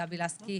גבי לסקי,